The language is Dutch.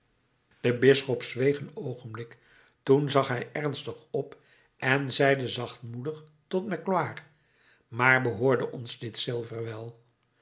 de bisschop zweeg een oogenblik toen zag hij ernstig op en zeide zachtmoedig tot magloire maar behoorde ons dit zilver wel